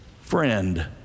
friend